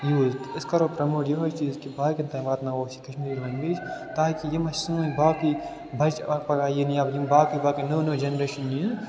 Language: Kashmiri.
یوٗز تہٕ أسۍ کَرو پرٛموٹ یِہوٚے چیٖز کہِ باقین تام واتناوو أسۍ یہِ کشمیٖری لنٛگویج تاکہِ یِم اَسہِ سٲنۍ باقٕے بچہٕ اَکھ پگاہ یِنۍ یا یِم باقٕے باقٕے نٔو نٔو جَنریشن یِن